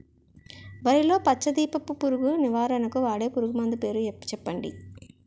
వరిలో పచ్చ దీపపు పురుగు నివారణకు వాడే పురుగుమందు పేరు చెప్పండి?